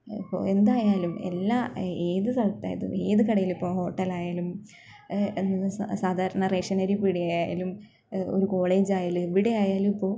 ഇപ്പോൾ എന്തായാലും എല്ലാ ഏത് സ്ഥലത്ത് ഏത് കടയിൽ ഇപ്പോൾ ഹോട്ടൽ ആയാലും സാധാരണ റേഷൻ അരി പീടിക ആയാലും ഒരു കോളേജ് ആയാലും എവിടെ ആയാലും ഇപ്പോൾ